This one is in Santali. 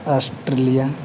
ᱚᱥᱴᱨᱮᱞᱤᱭᱟ